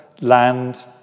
land